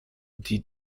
die